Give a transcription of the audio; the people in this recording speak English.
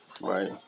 Right